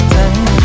time